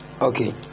Okay